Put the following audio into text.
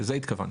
לזה התכוונתי.